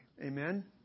amen